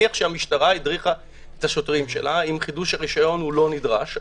שהמשטרה הדריכה את השוטרים שלה אם חידוש הרשיון אינו נדרש.